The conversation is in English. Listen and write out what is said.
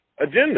Agenda